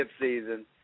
season